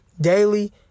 daily